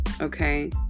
Okay